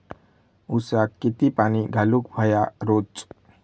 ऊसाक किती पाणी घालूक व्हया रोज?